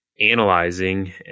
analyzing